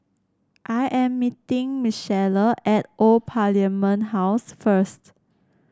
I am meeting Michaela at Old Parliament House first